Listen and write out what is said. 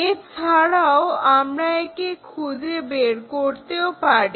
এছাড়াও আমরা একে খুঁজে বের করতেও পারি